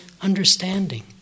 understanding